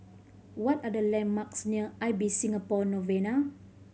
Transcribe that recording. what are the landmarks near Ibis Singapore Novena